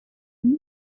him